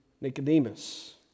Nicodemus